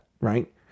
right